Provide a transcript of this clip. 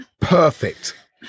Perfect